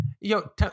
Yo